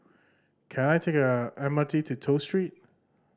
can I take the M R T to Toh Street